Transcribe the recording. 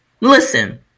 Listen